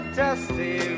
dusty